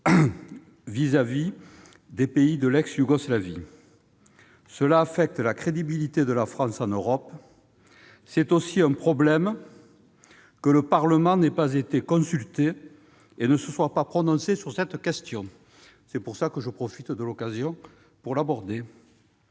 vis-à-vis des États de l'ex-Yougoslavie ; cela affecte la crédibilité de la France en Europe. C'est aussi un problème que le Parlement n'ait pas été consulté et n'ait pu se prononcer sur cette question ; c'est pour cette raison que je profite de l'occasion qui m'est